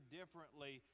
differently